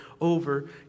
over